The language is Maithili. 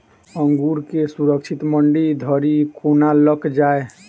अंगूर केँ सुरक्षित मंडी धरि कोना लकऽ जाय?